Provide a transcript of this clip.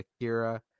Akira